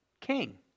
King